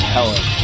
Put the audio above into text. Helen